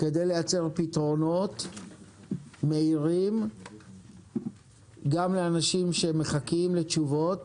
כדי לייצר פתרונות מהירים גם לאנשים שמחכים לתשובות